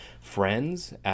friends